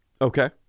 okay